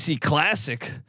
classic